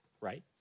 right